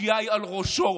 הפשיעה היא על ראשו.